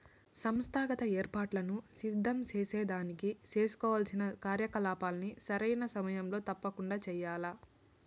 సంస్థాగత ఏర్పాట్లను సిద్ధం సేసేదానికి సేసుకోవాల్సిన కార్యకలాపాల్ని సరైన సమయంలో తప్పకండా చెయ్యాల్ల